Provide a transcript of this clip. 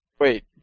Wait